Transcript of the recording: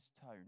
tone